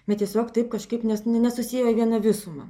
bet tiesiog taip kažkaip nes ne nesusiejo į vieną visumą